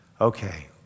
okay